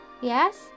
Yes